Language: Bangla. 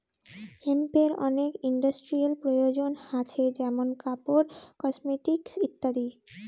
হেম্পের অনেক ইন্ডাস্ট্রিয়াল প্রয়োজন হাছে যেমন কাপড়, কসমেটিকস ইত্যাদি